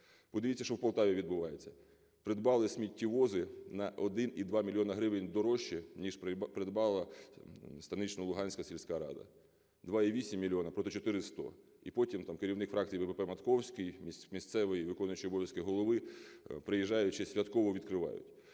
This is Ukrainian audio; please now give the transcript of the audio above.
Подивіться, що в Полтаві відбувається. Придбали сміттєвози на 1,2 мільйона гривень дорожче, ніж придбала Станично-Луганська сільська рада – 2,8 мільйони проти 4100. І потім там керівник фракції БПП Матковський, місцевий, виконуючий обов'язки голови, приїжджаючи, святково відкриває.